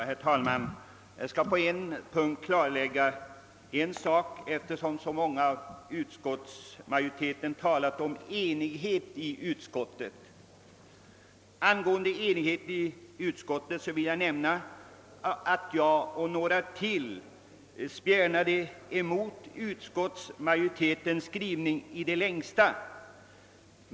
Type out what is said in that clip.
Herr talman! Eftersom flera av dem som tillhör utskottsmajoriteten har talat om enighet i utskottet vill jag nämna att jag och några till i det längsta spjärnade emot utskottets skrivning.